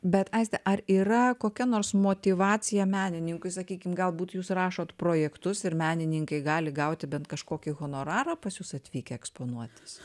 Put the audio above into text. bet aiste ar yra kokia nors motyvacija menininkui sakykime galbūt jūs rašote projektus ir menininkai gali gauti bent kažkokį honorarą pas jus atvykę eksponuotis